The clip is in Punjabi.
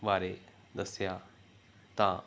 ਬਾਰੇ ਦੱਸਿਆ ਤਾਂ